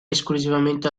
esclusivamente